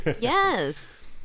Yes